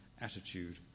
attitude